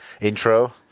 intro